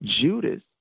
Judas